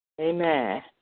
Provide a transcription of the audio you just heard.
Amen